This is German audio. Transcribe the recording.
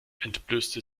entblößte